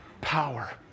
power